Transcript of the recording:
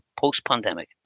post-pandemic